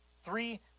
Three